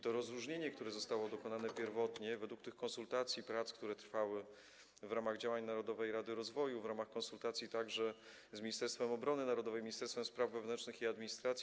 To rozróżnienie, które zostało dokonane pierwotnie, według konsultacji i prac, które trwały w ramach działań Narodowej Rady Rozwoju, konsultacji także z Ministerstwem Obrony Narodowej, Ministerstwem Spraw Wewnętrznych i Administracji.